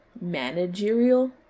managerial